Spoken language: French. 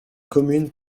commune